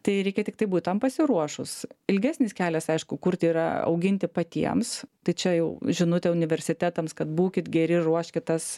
tai reikia tiktai būt tam pasiruošus ilgesnis kelias aišku kurti yra auginti patiems tai čia jau žinutė universitetams kad būkit geri ruoškit tas